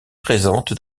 présente